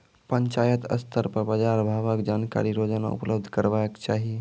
पंचायत स्तर पर बाजार भावक जानकारी रोजाना उपलब्ध करैवाक चाही?